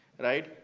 right